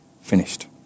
finished